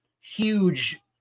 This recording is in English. huge